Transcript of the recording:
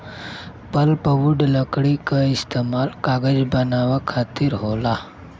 pulpwood लकड़ी क इस्तेमाल कागज बनावे खातिर होला